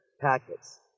packets